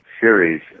series